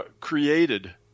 created